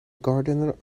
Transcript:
gardener